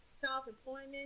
self-employment